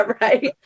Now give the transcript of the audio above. right